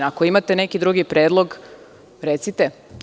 Ako imate neki drugi predlog – recite.